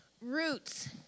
roots